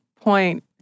point